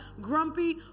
grumpy